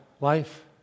life